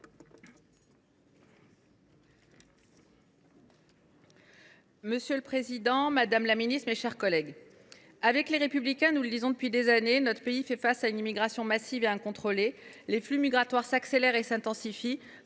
Monsieur le président, madame la ministre, mes chers collègues, le groupe Les Républicains le dit depuis des années, notre pays fait face à une immigration massive et incontrôlée. Les flux migratoires s’accélèrent et s’intensifient.